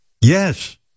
Yes